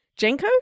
jenko